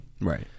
Right